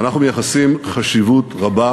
אנחנו מייחסים חשיבות רבה